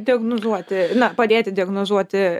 diagnozuoti na padėti diagnozuoti